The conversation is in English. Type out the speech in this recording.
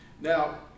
Now